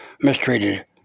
mistreated